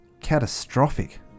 catastrophic